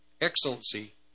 Excellency